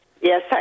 Yes